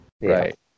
Right